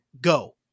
Go